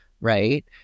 right